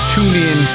TuneIn